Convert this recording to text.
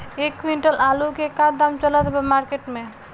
एक क्विंटल आलू के का दाम चलत बा मार्केट मे?